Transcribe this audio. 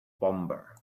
bomber